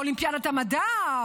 באולימפיאדת המדע,